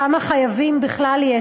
כמה חייבים בכלל יש,